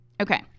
Okay